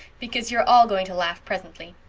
because you're all going to laugh presently.